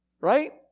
right